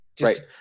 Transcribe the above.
Right